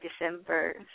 December